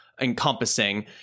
encompassing